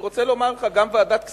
אני רוצה לומר לך שגם ועדת הכספים,